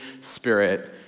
Spirit